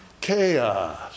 Chaos